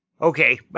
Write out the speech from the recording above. okay